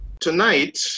Tonight